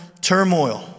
turmoil